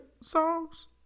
songs